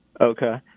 Okay